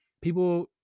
people